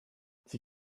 sie